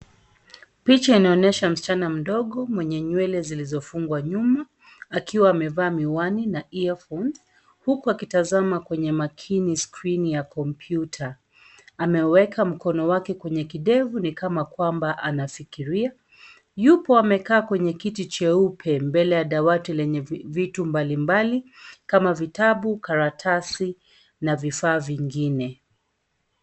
Picha inaonyesha msichana mdogo mwenye nywele zilizofungwa nyuma, akiwa amevaa miwani na earphones , huku akitazama kwenye makini skrini ya kompyuta. Ameweka mkono wake kwenye kidevu nikama kwamba anafikiria. Yupo amekaa kwenye kiti cheupe mbele ya dawati lenye vitu mbalimbali kama vitabu, karatasi na vifaa vingine.